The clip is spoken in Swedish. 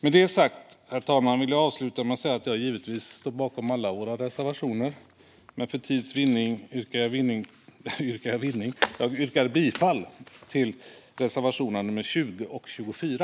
Med det sagt, herr talman, vill jag avsluta med att säga att jag givetvis står bakom alla våra reservationer men för tids vinning yrkar bifall enbart till reservationerna 20 och 24.